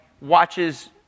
watches